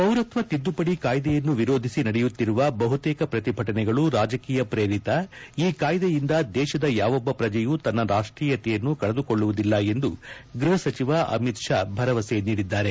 ಪೌರತ್ನ ತಿದ್ದುಪಡಿ ಕಾಯ್ಲೆಯನ್ನು ವಿರೋಧಿಸಿ ನಡೆಯುತ್ತಿರುವ ಬಹುತೇಕ ಪ್ರತಿಭಟನೆಗಳು ರಾಜಕೀಯ ಪ್ರೇರಿತ ಈ ಕಾಯ್ಲೆಯಿಂದ ದೇಶದ ಯಾವೊಬ್ಬ ಪ್ರಜೆಯೂ ತನ್ನ ರಾಷ್ಟೀಯತೆಯನ್ನು ಕಳೆದುಕೊಳ್ಳುವುದಿಲ್ಲ ಎಂದು ಗ್ವಹ ಸಚಿವ ಅಮಿತ್ ಷಾ ಭರವಸೆ ನೀಡಿದ್ದಾರೆ